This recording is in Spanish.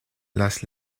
las